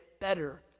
better